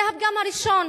זה הפגם הראשון